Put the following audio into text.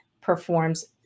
performs